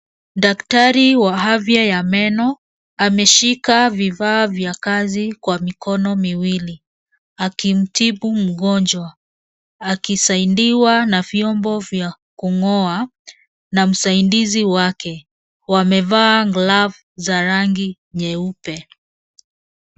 Daktari wa afya ya meno ameshika vifaa vya kazi kwa mikono miwili akimtibu mgonjwa ,akisaidiwa na vyombo vya kungoa na msaidizi wake wamevaa glovu za rangi nyeupe.